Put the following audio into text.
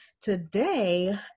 Today